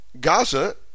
Gaza